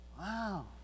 Wow